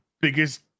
biggest